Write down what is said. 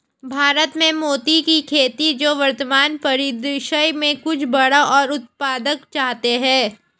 भारत में मोती की खेती जो वर्तमान परिदृश्य में कुछ बड़ा और उत्पादक चाहते हैं